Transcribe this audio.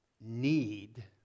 need